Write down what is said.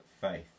faith